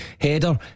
header